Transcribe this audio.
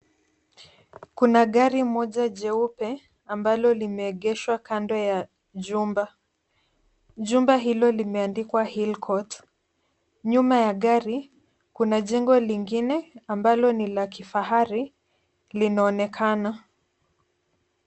Kuna gari moja jeupe, ambalo limeegeshwa kando ya jumba. jumba hilo limeandikwa hillcourt .Nyuma ya gari kuna jengo lingine ambalo ni la kifahari linaonekana.